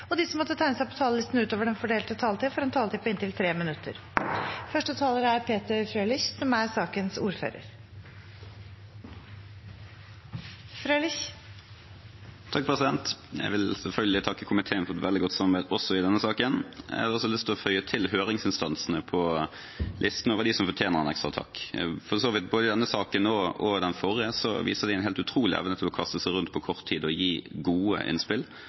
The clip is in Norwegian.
og de som måtte tegne seg på talerlisten utover den fordelte taletid, får en taletid på inntil 3 minutter. Jeg vil selvfølgelig takke komiteen for et veldig godt samarbeid også i denne saken. Jeg har også lyst til å føye til høringsinstansene på listen over dem som fortjener en ekstra takk, for både i denne saken og for så vidt den forrige viste de en helt utrolig evne til å kaste seg rundt på kort tid og gi gode innspill,